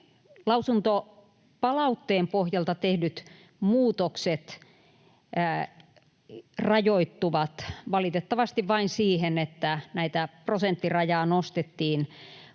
Lausuntopalautteen pohjalta tehdyt muutokset rajoittuvat valitettavasti vain siihen, että tätä prosenttirajaa nostettiin,